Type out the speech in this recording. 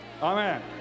Amen